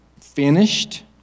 finished